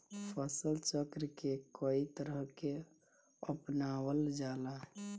फसल चक्र के कयी तरह के अपनावल जाला?